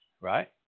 right